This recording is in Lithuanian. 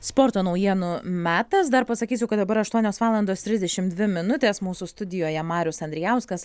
sporto naujienų metas dar pasakysiu kad dabar aštuonios valandos trisdešimt dvi minutės mūsų studijoje marius andrijauskas